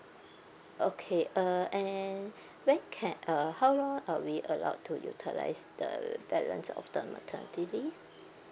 okay uh and when can uh how long are we allowed to utilise the balance of the maternity leave